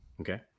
Okay